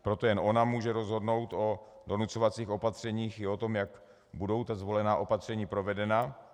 Proto jen ona může rozhodnout o donucovacích opatřeních i o tom, jak budou ta zvolená opatření provedena.